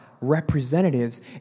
representatives